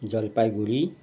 Jalpaiguri